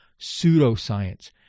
pseudoscience